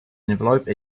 envelope